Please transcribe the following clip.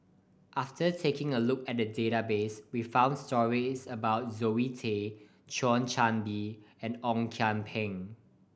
after taking a look at the database we found stories about Zoe Tay Thio Chan Bee and Ong Kian Peng